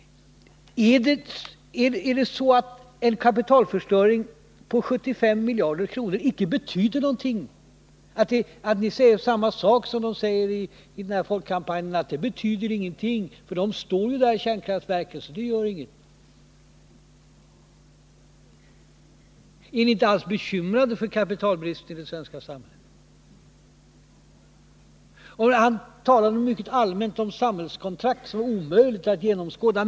Betyder en kapitalförstöring på 75 miljarder kronor inte någonting? Säger ni detsamma som i folkkampanjen, alltså att det betyder ingenting eftersom kärnkraftverken ju står där? Är ni inte alls bekymrade över kapitalbristen i det svenska samhället? Nils Åslings ganska allmänna tal om samhällskontrakt är omöjligt att genomskåda.